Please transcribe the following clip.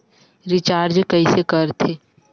Recharge कइसे कर थे?